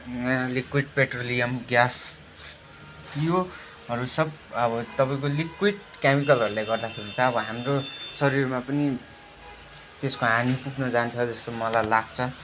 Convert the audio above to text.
liquid petroleum gas योहरू सब अब तपाईँको लिक्विड केमिकलहरूले गर्दाखेरि चाहिँ अब हाम्रो शरीरमा पनि त्यसको हानि पुग्न जान्छ जस्तो मलाई लाग्छ